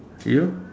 you